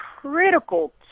critical